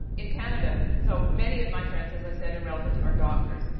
in canada so, many of my friends, as i said, and relatives are doctors.